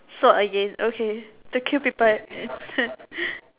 swap again to kill people